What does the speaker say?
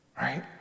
right